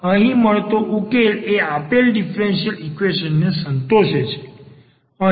અહીં મળતો ઉકેલ એ આપેલ ડીફરન્સીયલ ઈક્વેશન ને સંતોષે છે